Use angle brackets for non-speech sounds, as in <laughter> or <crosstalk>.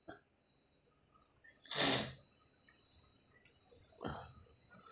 <noise>